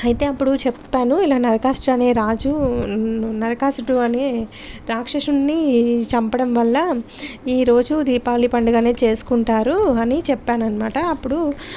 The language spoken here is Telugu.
అయితే అప్పుడు చెప్పాను ఇలా నరకాసురడు అనే రాజు నరకాసుడు అనే రాక్షసుడిని చంపడం వల్ల ఈరోజు దీపావళి పండుగ అనేది చేసుకుంటారు అని చెప్పాను అన్నమాట అప్పుడు